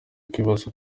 kwibazwa